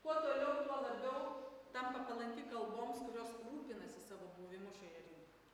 kuo toliau tuo labiau tampa palanki kalboms kurios rūpinasi savo buvimu šioje rinkoje